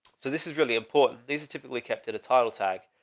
so this is really important. these are typically kept at a title tag.